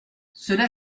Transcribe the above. cela